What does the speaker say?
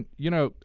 you know,